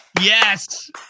Yes